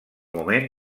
moment